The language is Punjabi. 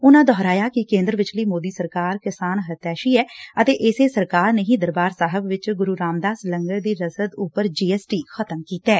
ਉਨੂਾਂ ਦੁਹਰਾਇਆ ਕਿ ਕੇਂਦਰ ਵਿਚਲੀ ਮੋਦੀ ਸਰਕਾਰ ਕਿਸਾਨ ਹਿਤੈਸੀ ਏ ਅਤੇ ਇਸੇ ਸਰਕਾਰ ਨੇ ਹੀ ਦਰਬਾਰ ਸਾਹਿਬ ਵਿਚ ਗੁਰੂ ਰਾਮਦਾਸ ਲੰਗਰ ਦੀ ਰੱਸਦ ਉਪਰ ਜੀ ਐਸ ਟੀ ਖ਼ਤਮ ਕੀਤੈ